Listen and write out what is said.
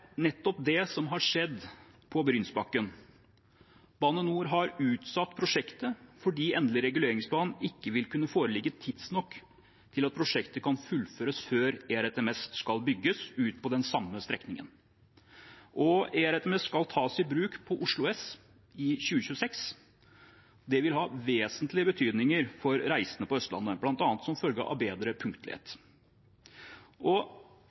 nettopp det som har skjedd på Brynsbakken. Bane NOR har utsatt prosjektet fordi endelig reguleringsplan ikke vil kunne foreligge tidsnok til at prosjektet kan fullføres før ERTMS skal bygges ut på den samme strekningen. ERTMS skal tas i bruk på Oslo S i 2026. Det vil ha vesentlig betydning for reisende på Østlandet, bl.a. som følge av bedre punktlighet.